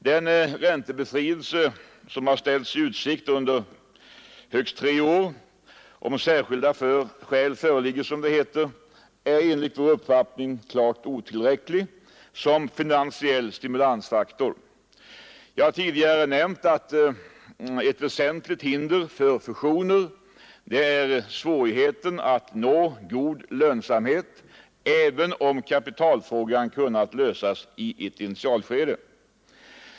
Den räntebefrielse under högst tre år som ställs i utsikt om särskilda skäl föreligger, som det heter, är klart otillräcklig som finansiell stimulansfaktor. Jag har tidigare nämnt att ett påverka strukturomvandlingen inom vissa branscher väsentligt hinder för fusioner är svårigheten att nå god lönsamhet även om kapitalfrågan kunnat lösas i ett initialskede.